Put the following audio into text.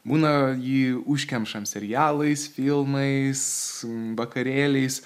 būna jį užkemšam serialais filmais vakarėliais